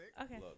Okay